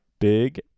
Big